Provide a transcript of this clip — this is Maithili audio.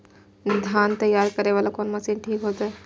धान तैयारी करे वाला कोन मशीन ठीक होते?